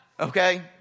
Okay